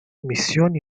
missioni